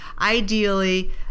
ideally